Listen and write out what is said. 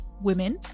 women